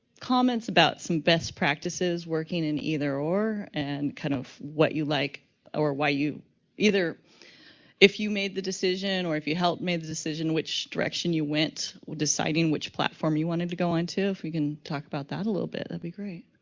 comments about some best practices working in either or, and kind of what you like or why you either if you made the decision or if you helped made the decision which direction you went with deciding which platform you want to go into? if we can talk about that a little bit, that'd be great.